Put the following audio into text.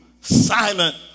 silent